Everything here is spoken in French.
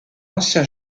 ancien